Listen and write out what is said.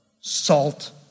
salt